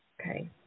Okay